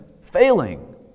failing